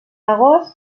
agost